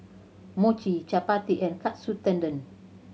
Mochi Chapati and Katsu Tendon